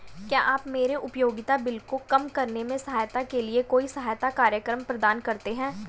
क्या आप मेरे उपयोगिता बिल को कम करने में सहायता के लिए कोई सहायता कार्यक्रम प्रदान करते हैं?